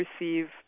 receive